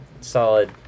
solid